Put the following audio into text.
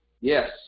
Yes